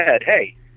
hey